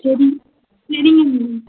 சரி சரிங்க மேம்